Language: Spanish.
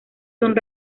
son